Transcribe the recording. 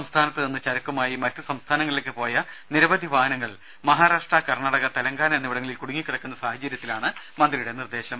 സംസ്ഥാനത്ത് നിന്ന് ചരക്കുമായി മറ്റു സംസ്ഥാനങ്ങളിലേക്ക് പോയ നിരവധി വാഹനങ്ങൾ മഹാരാഷ്ട്ര കർണാടക തെലങ്കാന എന്നിവിടങ്ങളിൽ കുടുങ്ങിക്കിടക്കുന്ന സാഹചര്യത്തിലാണ് മന്ത്രിയുടെ നിർദേശം